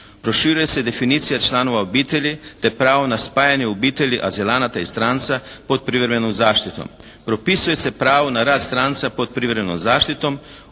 Proširuje se definicija članova obitelji te pravo na spajanje obitelji azilanata i stranca pod privremenom zaštitom.